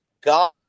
God